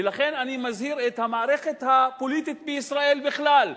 ולכן אני מזהיר את המערכת הפוליטית בישראל בכלל,